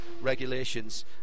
regulations